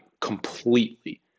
completely